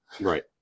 Right